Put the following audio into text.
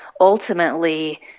ultimately